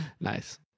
Nice